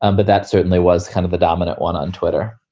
um but that certainly was kind of the dominant one on twitter.